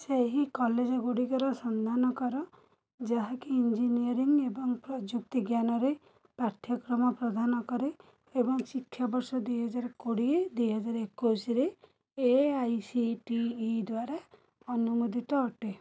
ସେହି କଲେଜଗୁଡ଼ିକର ସନ୍ଧାନ କର ଯାହାକି ଇଞ୍ଜିନିୟରିଂ ଏବଂ ପ୍ରଯୁକ୍ତିଜ୍ଞାନରେ ପାଠ୍ୟକ୍ରମ ପ୍ରଦାନ କରେ ଏବଂ ଶିକ୍ଷାବର୍ଷ ଦୁଇହଜାର କୋଡ଼ିଏ ଦୁଇ ହଜାର ଏକୋଇଶରେ A I C T E ଦ୍ଵାରା ଅନୁମୋଦିତ ଅଟେ